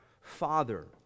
Father